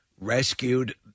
rescued